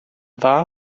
dda